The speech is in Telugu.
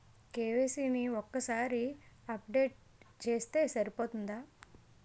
కే.వై.సీ ని ఒక్కసారి అప్డేట్ చేస్తే సరిపోతుందా?